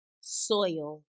soil